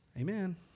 Amen